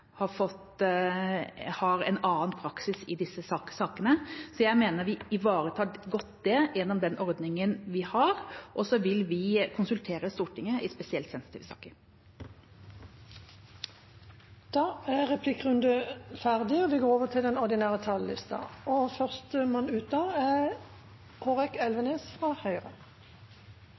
har en annen praksis i disse sakene. Jeg mener vi ivaretar det godt gjennom den ordningen vi har, og så vil vi konsultere Stortinget i spesielt sensitive saker. Replikkordskiftet er ferdig. De talere som heretter får ordet, har en taletid på inntil 3 minutter. Når det gjelder representanten Moxnes’ påstander, er